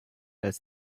als